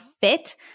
fit